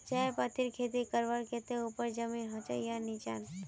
चाय पत्तीर खेती करवार केते ऊपर जमीन होचे या निचान?